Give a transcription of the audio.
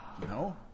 No